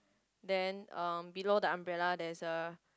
then uh below the umbrella there's a